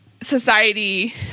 society